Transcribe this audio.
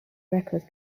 record